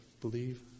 believe